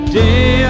day